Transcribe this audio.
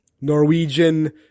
norwegian